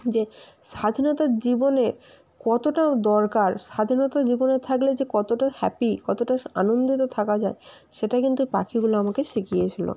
যে স্বাধীনতার জীবনে কতটা দরকার স্বাধীনতা জীবনে থাকলে যে কতটা হ্যাপি কতটা আনন্দেতে থাকা যায় সেটা কিন্তু পাখিগুলো আমাকে শিখিয়েছিল